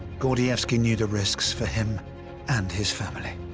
gordievsky knew the risks for him and his family.